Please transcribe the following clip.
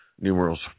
numerals